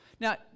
Now